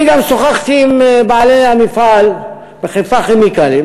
אני גם שוחחתי עם בעלי המפעל "חיפה כימיקלים",